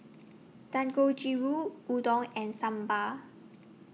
Dangojiru Udon and Sambar